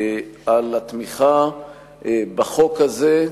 על התמיכה בחוק הזה,